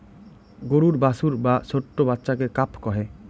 গরুর বাছুর বা ছোট্ট বাচ্চাকে কাফ কহে